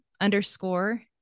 underscore